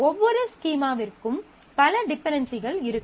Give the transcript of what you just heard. ஒவ்வொரு ஸ்கீமாவிற்கும் பல டிபென்டென்சிகள் இருக்கும்